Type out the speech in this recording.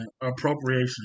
appropriation